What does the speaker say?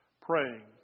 praying